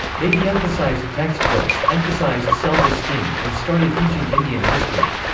they deemphasized textbooks, emphasized self-esteem, and started teaching indian history.